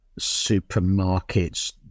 supermarkets